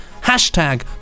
hashtag